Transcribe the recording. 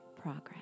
progress